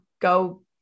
go